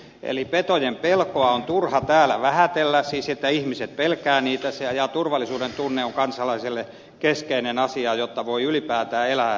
eli petojen pelkoa on turha täällä vähätellä siis ihmiset pelkäävät niitä ja turvallisuudentunne on kansalaiselle keskeinen asia jotta voi ylipäätään elää ja olla